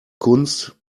kunst